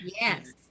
Yes